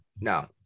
No